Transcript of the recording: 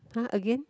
[huh] again